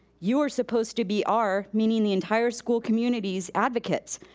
you are supposed to be our, meaning the entire school community's advocates,